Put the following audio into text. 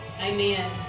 amen